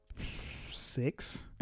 six